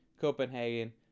copenhagen